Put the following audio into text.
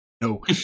No